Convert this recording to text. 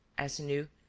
as he knew,